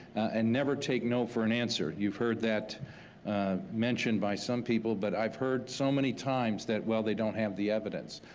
and never take no for an answer. you've heard that mentioned by some people, but i've heard so many times that well, they don't have the evidence.